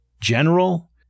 general